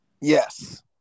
Yes